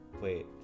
wait